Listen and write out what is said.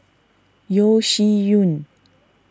Yeo Shih Yun